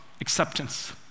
acceptance